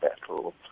battle